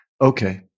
Okay